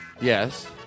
Yes